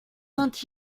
saint